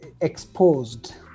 exposed